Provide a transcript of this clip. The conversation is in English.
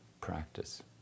practice